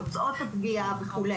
תוצאות הפגיעה וכו'.